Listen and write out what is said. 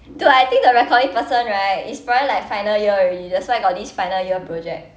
dude I think the recording person right is probably like final year already that's why got this final year project